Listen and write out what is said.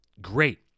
great